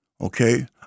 okay